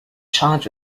charged